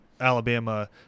Alabama